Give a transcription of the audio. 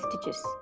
stitches